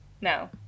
No